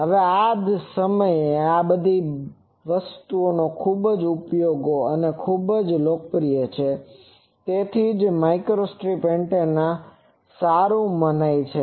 હવે આ તે જ સમય છે જ્યાં આ બધી વસ્તુઓના ખૂબ જ ઉપયોગો છે અને ખૂબ જ લોકપ્રિય છે તેથી જ માઇક્રોસ્ટ્રિપ એન્ટેના સારું મનાય છે